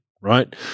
Right